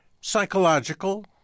Psychological